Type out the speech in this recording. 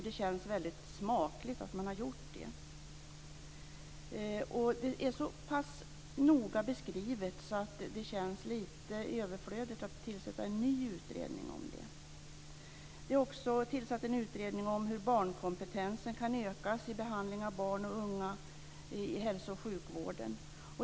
Det känns smakligt att man har gjort det. Det är så pass noga beskrivet att det känns lite överflödigt att tillsätta en ny utredning om det. Det är också tillsatt en utredning om hur barnkompetensen kan ökas i behandlingen av barn och unga i hälso och sjukvården.